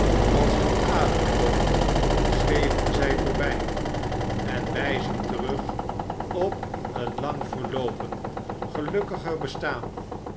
a's een ademtocht zweven zij voorbij en wijzen terug op een lang verloopen gelukkiger bestaan